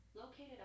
located